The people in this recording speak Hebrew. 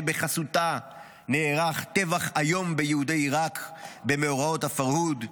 שבחסותה נערך טבח איום ביהודי עיראק במאורעות הפרהוד,